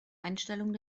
einstellungen